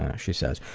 ah she says.